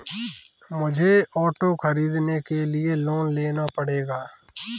मुझे ऑटो खरीदने के लिए लोन लेना पड़ेगा